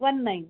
one nine